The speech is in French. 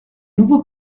nouveau